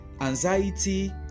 anxiety